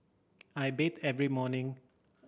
I bathe every morning